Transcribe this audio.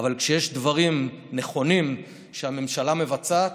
אבל כשיש דברים נכונים שהממשלה מבצעת,